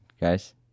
guys